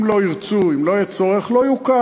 אם לא ירצו, אם לא יהיה צורך, לא יוקם.